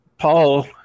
Paul